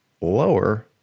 lower